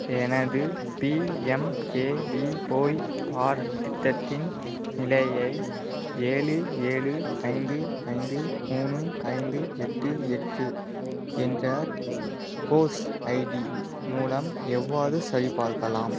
எனது பிஎம்கேவிஒய் பாடத்திட்டத்தின் நிலையை ஏழு ஏழு ஐந்து ஐந்து மூணு ஐந்து எட்டு எட்டு என்ற கோர்ஸ் ஐடி மூலம் எவ்வாறு சரிபார்க்கலாம்